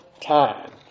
time